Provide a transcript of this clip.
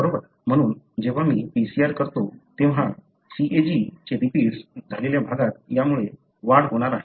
म्हणून जेव्हा मी PCR करतो तेव्हा CAG चे रिपीट्स झालेल्या भागात यामुळे वाढ होणार आहे